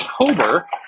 october